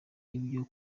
ibyo